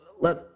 Let